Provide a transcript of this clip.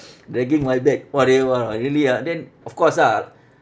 dragging my bag !wah! they were really ah then of course ah